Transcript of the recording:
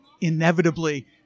inevitably